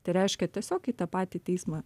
tai reiškia tiesiog į tą patį teismą